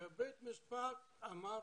בית המשפט אמר